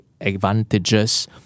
advantages